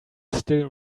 still